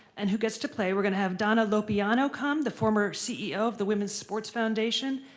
and who gets to play. we're going to have donna lopiano come, the former ceo of the women's sports foundation,